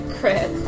crit